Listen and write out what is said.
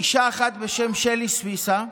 אישה אחת בשם שלי סוויסה.